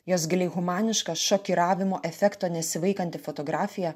jos giliai humaniškas šokiravimo efekto nesivaikanti fotografija